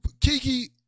Kiki